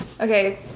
Okay